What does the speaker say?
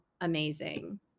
amazing